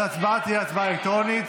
אז ההצבעה תהיה הצבעה אלקטרונית.